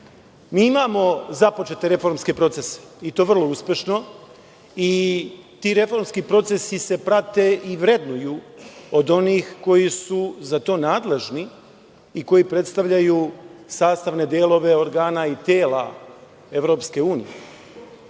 EU.Imamo započete reformske procese, i to vrlo uspešno, i ti reformski procesi se prate i vrednuju od onih koji su za to nadležni i koji predstavljaju sastavne delove organa i tela EU.